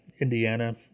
Indiana